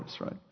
right